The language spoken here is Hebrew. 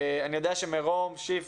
אני יודע שמרום שיף